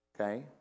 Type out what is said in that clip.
Okay